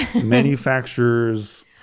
manufacturer's